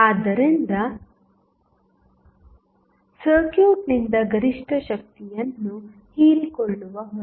ಆದ್ದರಿಂದ ಸರ್ಕ್ಯೂಟ್ನಿಂದ ಗರಿಷ್ಠ ಶಕ್ತಿಯನ್ನು ಹೀರಿಕೊಳ್ಳುವ ಹೊರೆ